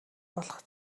болох